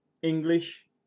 English